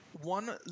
one